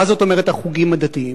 מה זאת אומרת "החוגים הדתיים"?